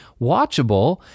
watchable